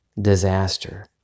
disaster